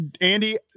Andy